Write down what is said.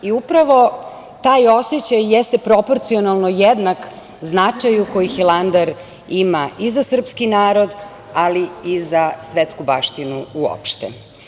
I upravo taj osećaj jeste proporcionalno jednak značaju koji Hilandar ima i za srpski narod, ali i za svetsku baštinu uopšte.